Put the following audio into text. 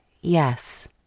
yes